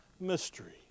mystery